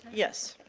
yes.